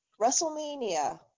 WrestleMania